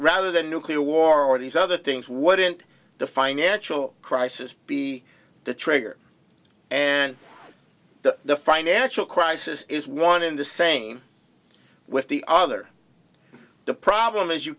rather than nuclear war already it's other things wouldn't the financial crisis be the trigger and the financial crisis is one in the same with the other the problem is you